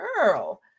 girl